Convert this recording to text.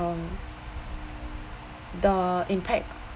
um the impact